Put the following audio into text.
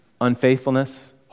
unfaithfulness